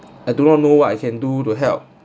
I do not know what I can do to help